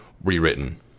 rewritten